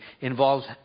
involves